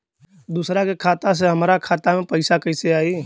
दूसरा के खाता से हमरा खाता में पैसा कैसे आई?